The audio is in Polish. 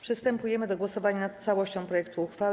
Przystępujemy do głosowania nad całością projektu uchwały.